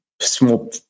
Small